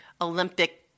Olympic